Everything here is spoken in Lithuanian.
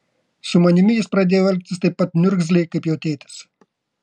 su manimi jis pradėjo elgtis taip pat niurzgliai kaip jo tėtis